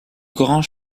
grand